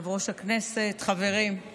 החריבו את הבית השני, יחריבו גם את השלישי,